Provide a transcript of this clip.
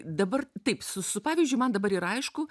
dabar taip su su pavyzdžiui man dabar yra aišku